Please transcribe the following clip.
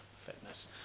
fitness